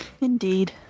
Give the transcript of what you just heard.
Indeed